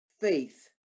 faith